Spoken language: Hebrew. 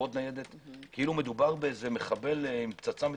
כאילו מדובר במחבל עם פצצה מתקתקת,